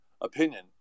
opinion